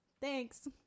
Thanks